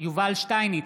יובל שטייניץ,